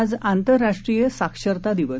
आज आंतरराष्ट्रीय साक्षरता दिवस